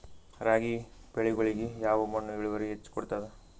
ರಾಗಿ ಬೆಳಿಗೊಳಿಗಿ ಯಾವ ಮಣ್ಣು ಇಳುವರಿ ಹೆಚ್ ಕೊಡ್ತದ?